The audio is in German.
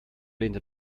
lehnte